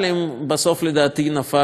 לדעתי, נפל המכרז.